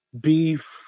beef